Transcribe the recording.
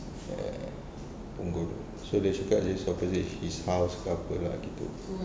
ya punggol so dia cakap his house ke apa lah gitu